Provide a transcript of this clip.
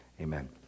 amen